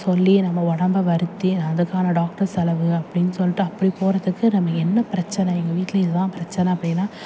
சொல்லி நம்ம உடம்ப வருத்தி அதுக்கான டாக்டர் செலவு அப்படின்னு சொல்லிட்டு அப்படி போகிறதுக்கு நம்ம என்ன பிரச்சனை எங்கள் வீட்டில் இது தான் பிரச்சனை அப்படின்னா